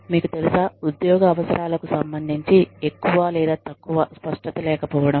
మీకు తెలుసా ఉద్యోగ అవసరాలకు సంబంధించి ఎక్కువ లేదా తక్కువ స్పష్టత లేకపోవడం